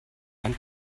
ein